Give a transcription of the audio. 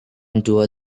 unto